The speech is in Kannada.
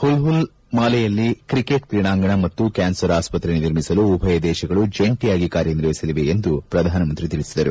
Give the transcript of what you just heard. ಪುಲ್ಹುಲ್ ಮಾಲೆಯಲ್ಲಿ ಕ್ರಿಕೆಟ್ ಕ್ರೀಡಾಂಗಣ ಮತ್ತು ಕ್ಲಾನ್ಸರ್ ಆಸ್ಪತ್ರೆ ನಿರ್ಮಿಸಲು ಉಭಯ ದೇಶಗಳು ಜಂಟಿಯಾಗಿ ಕಾರ್ಯನಿರ್ವಹಿಸಲಿವೆ ಎಂದು ಶ್ರಧಾನಮಂತ್ರಿ ತಿಳಿಸಿದರು